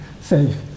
safe